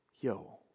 yo